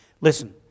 Listen